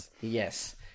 Yes